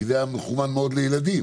כי זה היה מכוון מאוד לילדים.